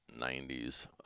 90s